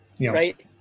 right